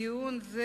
דיון זה,